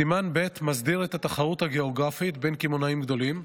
סימן ב' מסדיר את התחרות הגיאוגרפית בין קמעונאים גדולים,